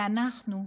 ואנחנו,